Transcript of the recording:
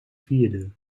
vierde